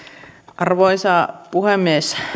arvoisa puhemies